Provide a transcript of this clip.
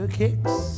kicks